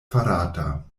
farata